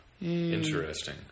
Interesting